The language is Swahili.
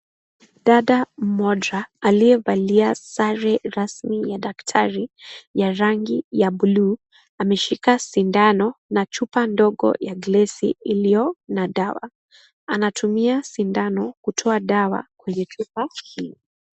Dada moja aliyevalia sare rasmi ya daktari ya rangi ya blue ameshika sindano na chupa ndogo ya glasi iliyo na dawa. Anatumia sindano kutoa dawa kwenye chupa hii.